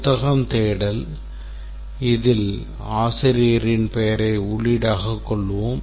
புத்தகம் தேடல் இதில் ஆசிரியரின் பெயரை உள்ளீடாக கொள்வோம்